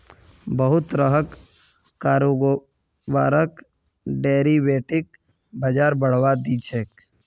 बहुत तरहर कारोबारक डेरिवेटिव बाजार बढ़ावा दी छेक